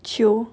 true